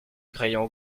crayons